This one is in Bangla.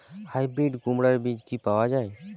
হাইব্রিড কুমড়ার বীজ কি পাওয়া য়ায়?